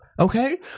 Okay